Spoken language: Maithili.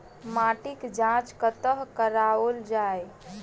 माटिक जाँच कतह कराओल जाए?